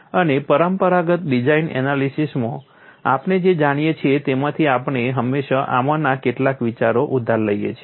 અને પરંપરાગત ડિઝાઇન એનાલિસીસમાં આપણે જે જાણીએ છીએ તેમાંથી આપણે હંમેશાં આમાંના કેટલાક વિચારો ઉધાર લઈએ છીએ